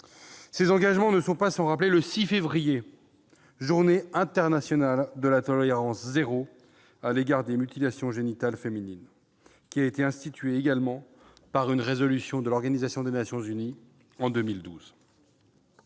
Ces engagements ne sont pas sans rappeler le 6 février, Journée internationale de la tolérance zéro à l'égard des mutilations génitales féminines, qui a été instituée par une résolution de l'Organisation des Nations unies en 2012.